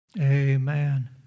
Amen